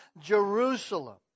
Jerusalem